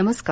नमस्कार